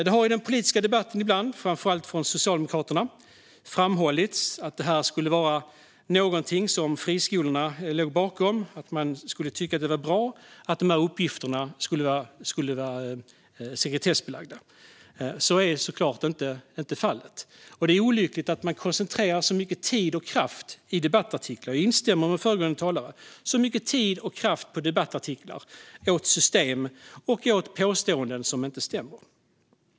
Det har i den politiska debatten ibland, framför allt från Socialdemokraterna, framhållits att detta skulle vara något som friskolorna låg bakom - att man skulle tycka att det är bra att uppgifterna är sekretessbelagda. Så är såklart inte fallet. Jag instämmer med föregående talare i att det är olyckligt att man koncentrerar så mycket tid och kraft i debattartiklar när det gäller system och påståenden som inte stämmer.